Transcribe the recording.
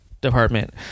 Department